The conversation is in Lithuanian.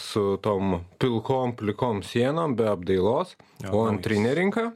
su tom pilkom plikom sienom be apdailos o antrinė rinka